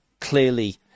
clearly